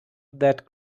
that